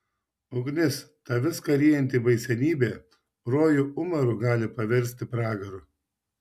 ugnis ta viską ryjanti baisenybė rojų umaru gali paversti pragaru